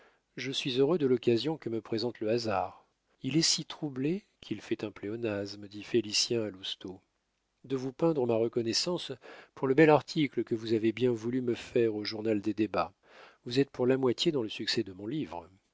je suis heureux de l'occasion que me présente le hasard il est si troublé qu'il fait un pléonasme dit félicien à lousteau de vous peindre ma reconnaissance pour le bel article que vous avez bien voulu me faire au journal des débats vous êtes pour la moitié dans le succès de mon livre